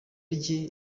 rye